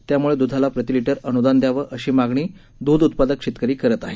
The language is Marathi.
त्यामुळे दुधाला प्रति लिटर अनुदान द्यावं अशी मागणी दूध उत्पादक शेतकरी करत आहे